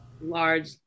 large